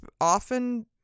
often